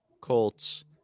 Colts